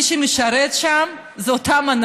מי שמשרתים שם הם חלק,